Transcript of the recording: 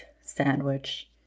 sandwich